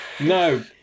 No